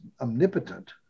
omnipotent